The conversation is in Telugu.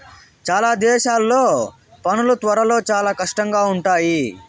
చాలా దేశాల్లో పనులు త్వరలో చాలా కష్టంగా ఉంటాయి